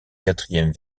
quatrième